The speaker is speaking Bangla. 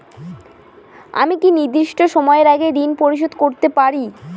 আমি কি নির্দিষ্ট সময়ের আগেই ঋন পরিশোধ করতে পারি?